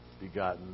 begotten